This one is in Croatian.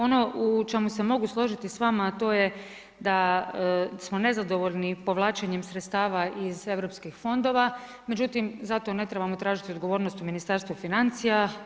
Ono u čemu se mogu složiti s vama, a to je da smo nezadovoljni povlačenjem sredstava iz europskih fondova, međutim, zato ne trebamo tražiti odgovornost u Ministarstvu financija.